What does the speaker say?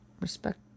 respect